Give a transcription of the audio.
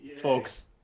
folks